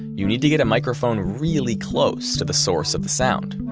you need to get a microphone really close to the source of the sound,